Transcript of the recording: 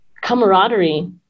camaraderie